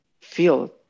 feel